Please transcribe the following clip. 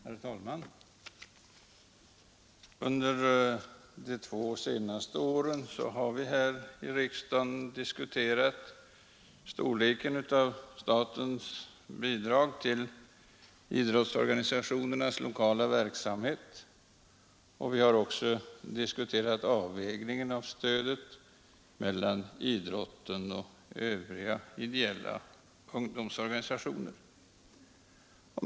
Herr talman! Under de två senaste åren har vi här i riksdagen diskuterat storleken av statens bidrag till idrottsorganisationernas lokala verksamhet, och vi har också diskuterat avvägningen av stödet mellan idrotten och övriga ideella ungdomsorganisationer.